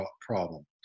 problem